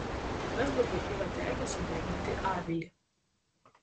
vezbergui yra tekę sudeginti avilį